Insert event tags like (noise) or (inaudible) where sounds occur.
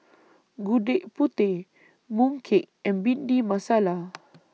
Gudeg Putih Mooncake and Bhindi Masala (noise)